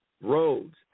roads